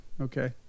Okay